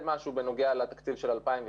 הוא אומר: רק רציתי לשמוע את זה עוד פעם.